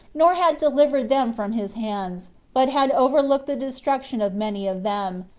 nor had delivered them from his hands, but had overlooked the destruction of many of them,